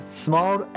small